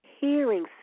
hearing